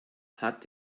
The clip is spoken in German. hat